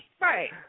Right